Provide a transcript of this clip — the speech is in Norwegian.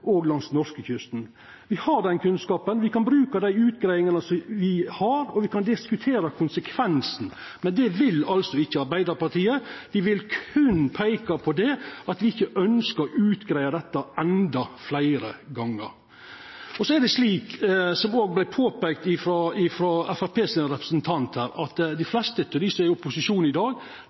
og langs norskekysten. Me har den kunnskapen, me kan bruka dei utgreiingane som me har, og me kan diskutera konsekvensen. Men det vil altså ikkje Arbeidarpartiet, dei vil berre peika på at me ikkje ønskjer å greia ut dette endå fleire gonger. Så er det slik, som det òg vart påpeikt ifrå Framstegspartiets representant her, at dei fleste av dei som er i opposisjon i dag,